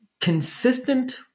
consistent